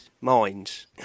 minds